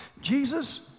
Jesus